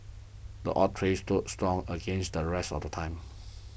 the oak tree stood strong against the rest of the time